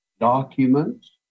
documents